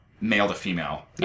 male-to-female